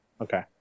Okay